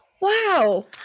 Wow